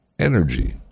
Energy